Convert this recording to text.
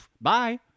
Bye